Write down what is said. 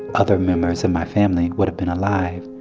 other members of my family would've been alive